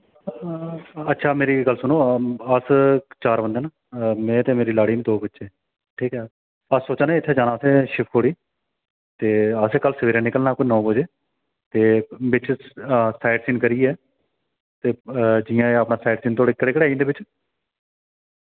अच्छा मेरी इक गल्ल सुनो अस चार बंदे न में ते मेरी लाड़ी न दो बच्चे ठीक ऐ अस सोचा ने इत्थै जाना इत्थै शिवखोड़ी ते असें कल्ल सवेरै निकलना कोई नौ बजे ते बिच्च साइट सीइंग करियै ते जि'यां एह् अपना साइट सीइंग थोआढ़े केह्ड़े केह्ड़े आई जंदे बिच्च